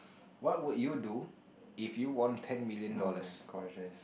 what would you do if you won ten million dollars